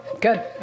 good